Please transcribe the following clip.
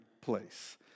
place